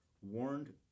warned